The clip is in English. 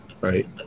Right